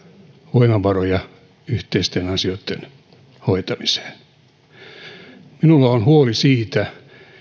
voimavaroja yhteisten asioiden hoitamiseen minulla on huoli siitä